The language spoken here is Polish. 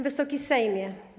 Wysoki Sejmie!